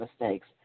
mistakes